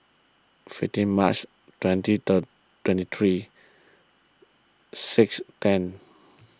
fifteen March twenty third twenty three six ten